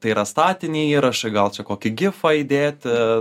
tai yra statiniai įrašai gal čia kokį gifą įdėti